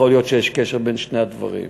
יכול להיות שיש קשר בין שני הדברים.